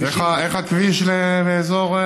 איך הכביש לאזור?